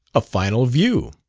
a final view.